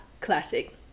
classic